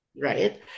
Right